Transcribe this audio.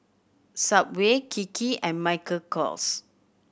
Subway Kiki and Michael Kors